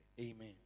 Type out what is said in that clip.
Amen